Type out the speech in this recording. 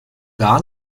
gar